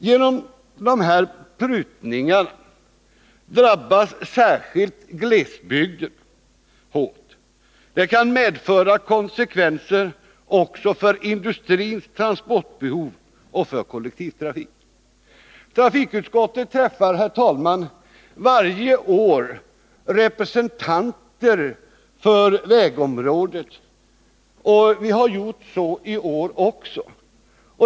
Genom dessa prutningar drabbas särskilt glesbygden hårt. Det kommer att medföra konsekvenser också för industrins transportbehov och för kollektivtrafiken. Trafikutskottet träffar, herr talman, varje år representanter för vägområdet. Vi har gjort så i år också.